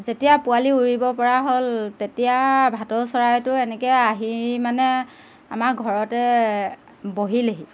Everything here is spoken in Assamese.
যেতিয়া পোৱালি উৰিব পৰা হ'ল তেতিয়া ভাটৌ চৰাইটো এনেকৈ আহি মানে আমাৰ ঘৰতে বহিলেহি